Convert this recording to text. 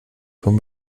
schon